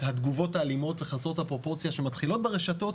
התגובות האלימות וחסרות הפרופורציה שמתחילות ברשתות